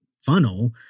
funnel